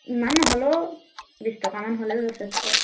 ইমান নহ'লেও বিশ টকামান হ'লেও যথেষ্ট